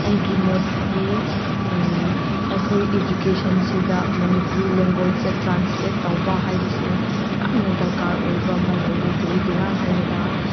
ꯑꯩꯒꯤ ꯃꯣꯠꯇꯗꯤ ꯑꯩꯈꯣꯏ ꯏꯖꯨꯀꯦꯁꯟꯁꯤꯗ ꯃꯅꯤꯄꯨꯔꯤ ꯂꯦꯡꯒꯣꯏꯁꯇ ꯇ꯭ꯔꯥꯟꯁꯂꯦꯠ ꯇꯧꯕ ꯍꯥꯏꯕꯁꯦ ꯌꯥꯝꯅ ꯗꯔꯀꯥꯔ ꯑꯣꯏꯕ ꯑꯃ ꯂꯩ ꯀꯔꯤꯒꯤꯔ ꯍꯥꯏꯔꯒ